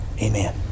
amen